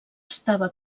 estava